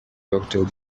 cocktail